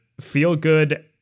feel-good